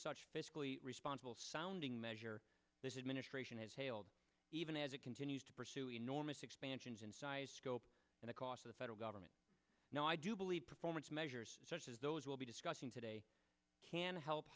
such fiscally responsible sounding measure this administration has failed even as it continues to pursue enormous expansions in scope and cost the federal government no i do believe performance measures such as those we'll be discussing today can help